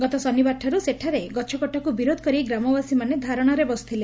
ଗତ ଶନିବାରଠାର୍ର ସେଠାରେ ଗଛକଟାକୁ ବିରୋଧ କରି ଗ୍ରାମବାସୀ ଧାରଶାରେ ବସିଥିଲେ